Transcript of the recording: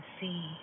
see